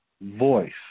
voice